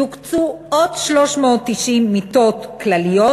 יוקצו עוד 390 מיטות כלליות,